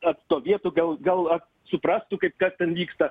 atstovėtų gal gal ar suprastų kaip kas ten vyksta